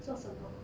做什么